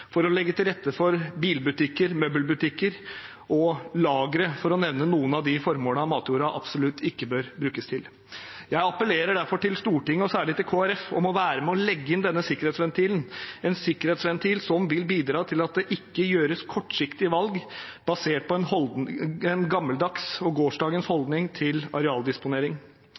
for å legge til rette for bilbutikker, møbelbutikker og lagre, for å nevne noen av de formålene matjorda absolutt ikke bør brukes til. Jeg appellerer derfor til Stortinget, og særlig til Kristelig Folkeparti, om å være med på å legge inn denne sikkerhetsventilen, en sikkerhetsventil som vil bidra til at det ikke gjøres kortsiktige valg basert på en gammeldags – gårsdagens – holdning til arealdisponering.